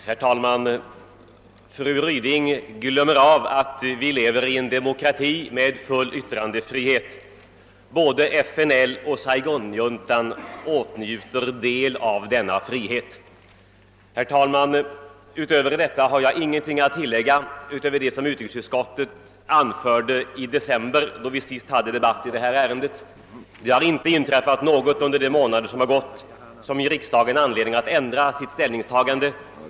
Herr talman! Fru Ryding glömmer uppenbarligen att vi lever i en demokrati med full yttrandefrihet. Både FNL och Saigonjuntan har del i denna frihet. Herr talman! Utöver detta har jag ingenting att tillägga, utan hänvisar till vad utrikesutskottet anförde i december månad då vi senast debatterade detta ämne. Under de månader som sedan gått har inte något inträffat som ger riksdagen anledning att ändra sitt ställningstagande.